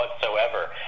whatsoever